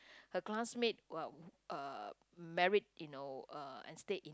her classmate well uh married you know uh and stayed in